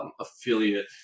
Affiliate